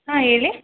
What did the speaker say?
ಹಾಂ ಹೇಳಿ